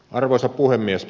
arvoisa puhemies